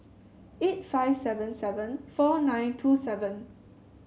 eight five seven seven four nine two seven